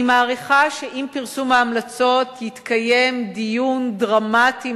אני מעריכה שעם פרסום ההמלצות יתקיים דיון דרמטי,